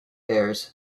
bears